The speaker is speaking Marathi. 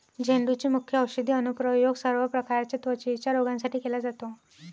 झेंडूचे मुख्य औषधी अनुप्रयोग सर्व प्रकारच्या त्वचेच्या रोगांसाठी केला जातो